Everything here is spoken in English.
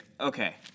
okay